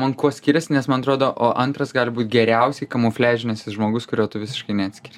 man kuo skiriasi nes man atrodo o antras gali būt geriausiai kamufliažinis žmogus kurio tu visiškai neatskiri